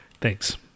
Thanks